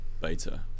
beta